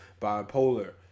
bipolar